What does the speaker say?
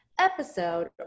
episode